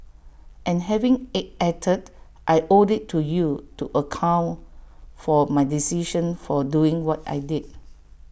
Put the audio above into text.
and having ache acted I owe IT to you to account for my decisions for doing what I did